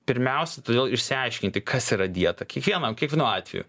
pirmiausia todėl išsiaiškinti kas yra dieta kiekvienam kiekvienu atveju